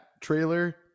trailer